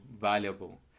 valuable